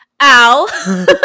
Ow